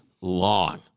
long